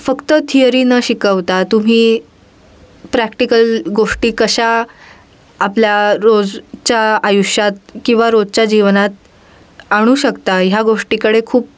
फक्त थिअरी न शिकवता तुम्ही प्रॅक्टिकल गोष्टी कशा आपल्या रोजच्या आयुष्यात किंवा रोजच्या जीवनात आणू शकता ह्या गोष्टीकडे खूप